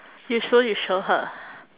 you so you show her